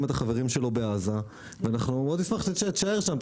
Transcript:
את החברים שלו בעזה ואנחנו מאוד נשמח שתישאר שם,